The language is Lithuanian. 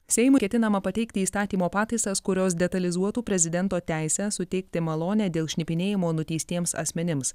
seimui ketinama pateikti įstatymo pataisas kurios detalizuotų prezidento teisę suteikti malonę dėl šnipinėjimo nuteistiems asmenims